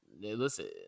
listen